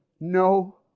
no